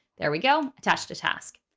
there we go, attach to task.